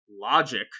logic